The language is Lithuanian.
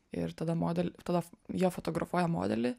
ir tada modelį tada jie fotografuoja modelį